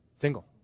single